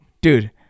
Dude